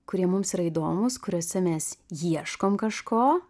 kurie mums yra įdomūs kuriuose mes ieškom kažko